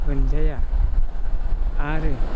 मोनजाया आरो